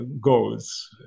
goals